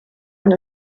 und